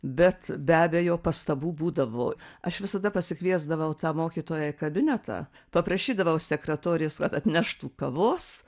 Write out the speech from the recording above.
bet be abejo pastabų būdavo aš visada pasikviesdavau tą mokytoją į kabinetą paprašydavau sekretorės kad atneštų kavos